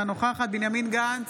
אינה נוכחת בנימין גנץ,